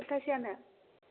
सबथासेयानो